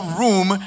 room